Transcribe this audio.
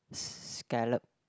scallop